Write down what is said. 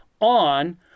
on